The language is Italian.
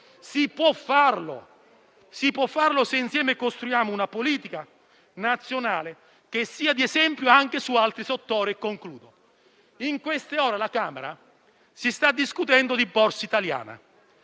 si può fare se insieme costruiamo una politica nazionale che sia di esempio anche su altri settori. In queste ore alla Camera si sta discutendo di Borsa italiana.